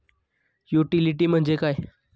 Utility म्हणजे काय?